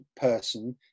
person